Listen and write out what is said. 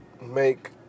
make